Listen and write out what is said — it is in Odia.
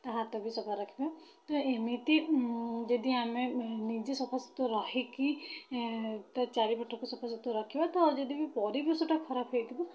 ତା' ହାତ ବି ସଫା ରଖିବା ତ ଏମିତି ଯଦି ଆମେ ନିଜେ ସଫାସୁତୁରା ରହିକି ତା' ଚାରିପଟକୁ ସଫାସୁତୁରା ରଖିବା ତ ଆଉ ଯଦି ବି ପରିବେଶଟା ଖରାପ ହେଇଥିବ